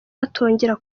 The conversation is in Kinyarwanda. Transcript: batongera